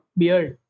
beard